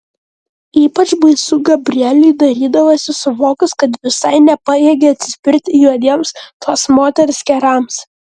ypač baisu gabrieliui darydavosi suvokus kad visai nepajėgia atsispirti juodiems tos moters kerams